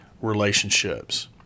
relationships